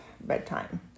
bedtime